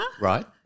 Right